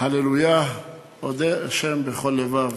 "הללויה אודה ה' בכל לבב".